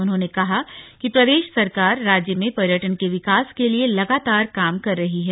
उन्होंने कहा कि प्रदेश सरकार राज्य में पर्यटन के विकास के लिए लगातार काम कर रही है